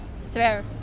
Swear